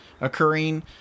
occurring